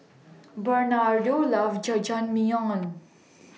Bernardo loves Jajangmyeon